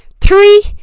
three